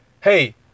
hey